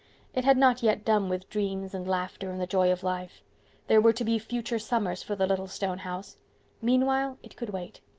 it had not yet done with dreams and laughter and the joy of life there were to be future summers for the little stone house meanwhile, it could wait.